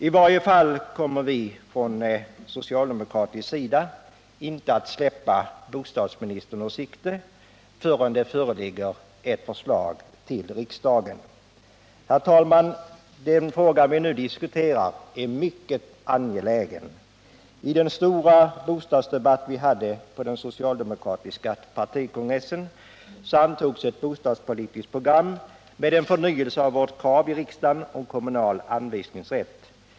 I varje fall kommer vi från socialdemokratisk sida inte att släppa bostadsministern ur sikte förrän det föreligger ett förslag till riksdagen. Herr talman! Den fråga vi nu diskuterar är mycket viktig. I den stora bostadsdebatt vi hade på den socialdemokratiska partikongressen antogs ett bostadspolitiskt program med en förnyelse av vårt krav i riksdagen om kommunal anvisningsrätt.